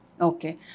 Okay